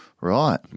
Right